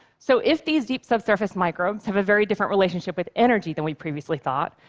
so if these deep-subsurface microbes have a very different relationship with energy than we previously thought,